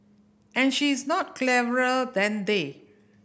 and she is not cleverer than they